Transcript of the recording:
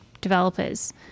developers